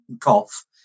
cough